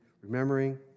remembering